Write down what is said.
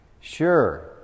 Sure